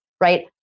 right